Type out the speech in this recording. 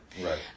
right